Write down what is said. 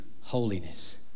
holiness